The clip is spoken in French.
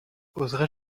oserai